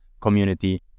community